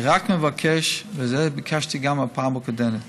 אני רק מבקש, ואת זה ביקשתי גם בפעם הקודמת,